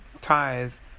ties